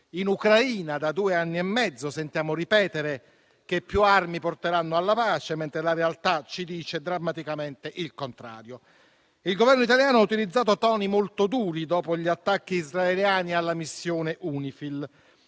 in Ucraina da due anni e mezzo sentiamo ripetere che più armi porteranno alla pace, mentre la realtà ci dice drammaticamente il contrario. Il Governo italiano ha utilizzato toni molto duri dopo gli attacchi israeliani alla missione UNIFIL: